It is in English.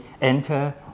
enter